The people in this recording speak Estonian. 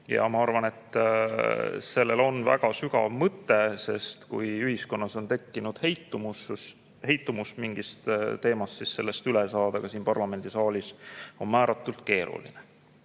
Ma arvan, et sellel on väga sügav mõte, sest kui ühiskonnas on tekkinud heitumus mingist teemast, siis sellest üle saada ka siin parlamendisaalis on määratult keeruline.